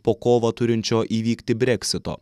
po kovą turinčio įvykti breksito